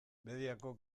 bediako